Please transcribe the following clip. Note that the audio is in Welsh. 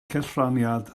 cellraniad